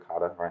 right